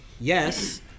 yes